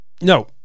No